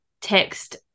text